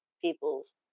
people's